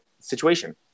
situation